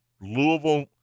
Louisville